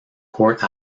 court